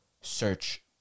search